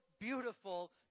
beautiful